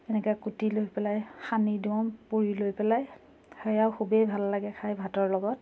এনেকে কুটি লৈ পেলাই সানি দিওঁ পুৰি লৈ পেলাই সেয়াও খুবেই ভাল লাগে খাই ভাতৰ লগত